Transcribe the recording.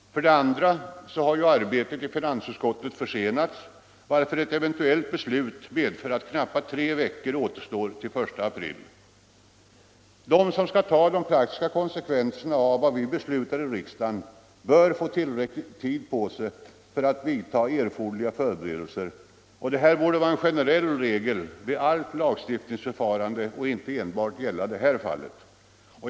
2. Arbetet i finansutskottet har försenats, varför ett eventuellt beslut medför att knappa tre veckor återstår till den 1 april. De som skall ta de praktiska konsekvenserna av vad vi beslutar i riksdagen bör få tillräcklig tid på sig för att vidta erforderliga förberedelser. Det borde vara en generell regel vid allt lagstiftningsförfarande och inte enbart gälla det här fallet.